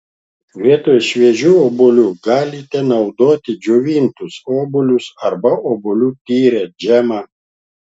vietoj šviežių obuolių galite naudoti džiovintus obuolius arba obuolių tyrę džemą